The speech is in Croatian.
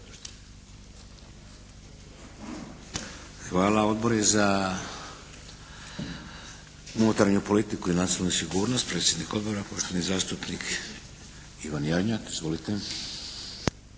Hvala. Odbori za unutarnju politiku i nacionalnu sigurnost, predsjednik Odbora poštovani zastupnik Ivan Jarnjak. Izvolite.